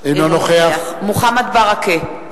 אינו נוכח מוחמד ברכה,